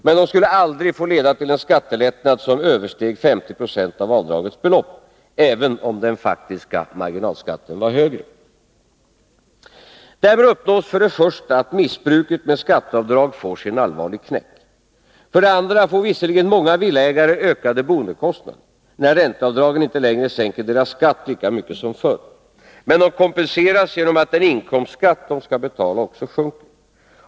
Men de skulle aldrig få leda till en skattelättnad som översteg 50 96 av avdragets belopp, även om den faktiska marginalskatten var högre. Därmed uppnås för det första att missbruket med skatteavdrag får sig en allvarlig knäck. För det andra får visserligen många villaägare ökade boendekostnader, när ränteavdragen inte längre sänker deras skatt lika mycket som förr. Men de kompenseras genom att den inkomstskatt de skall betala också sjunker.